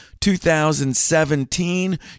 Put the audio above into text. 2017